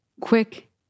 Quick-